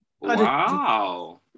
wow